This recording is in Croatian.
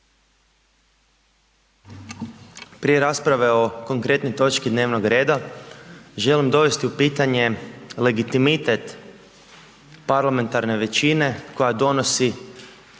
Prije rasprave o konkretnoj točki dnevnog reda, želim dovesti u pitanje legitimitet parlamentarne većine koja donosi